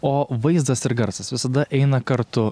o vaizdas ir garsas visada eina kartu